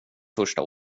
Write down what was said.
första